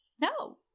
no